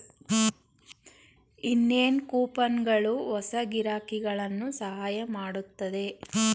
ಇನ್ನೇನ್ ಕೂಪನ್ಗಳು ಹೊಸ ಗಿರಾಕಿಗಳನ್ನು ಸಹಾಯ ಮಾಡುತ್ತದೆ